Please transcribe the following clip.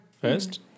first